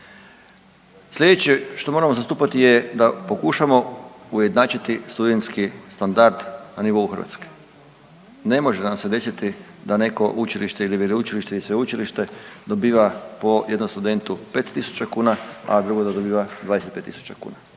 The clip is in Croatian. Slijedeće što moramo zastupati je da pokušamo ujednačiti studentski standard na nivou Hrvatske, ne može nam se desiti da neko učilište ili veleučilište ili sveučilište dobiva po jednom studentu 5.000 kuna, a drugo da dobiva 25.000 kuna.